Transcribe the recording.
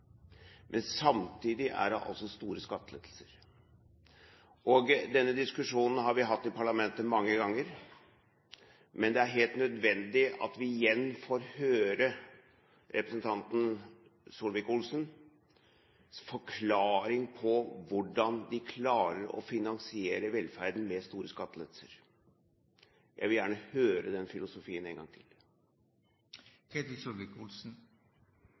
Samtidig går man inn for store skattelettelser. Denne diskusjonen har vi hatt i parlamentet mange ganger. Men det er helt nødvendig at vi igjen får høre representanten Solvik-Olsens forklaring på hvordan man klarer å finansiere velferden ved store skattelettelser. Jeg vil gjerne høre den filosofien en gang